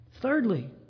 Thirdly